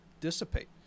dissipate